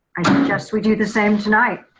i suggest we do the same tonight.